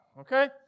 okay